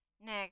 Nick